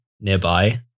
nearby